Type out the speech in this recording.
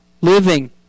living